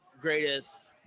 greatest